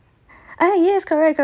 ah yes correct correct